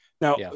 Now